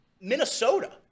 Minnesota